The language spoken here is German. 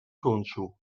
turnschuh